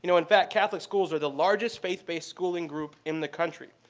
you know in fact, catholic schools are the largest faith-based schooling group in the country.